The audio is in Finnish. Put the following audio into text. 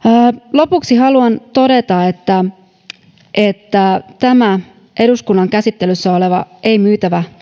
lopuksi haluan todeta että toivon että tähän eduskunnan käsittelyssä olevaan ei myytävänä